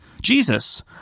Jesus